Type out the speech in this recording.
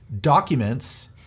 documents